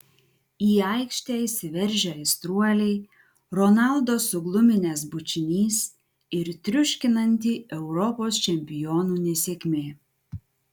į aikštę įsiveržę aistruoliai ronaldo sugluminęs bučinys ir triuškinanti europos čempionų nesėkmė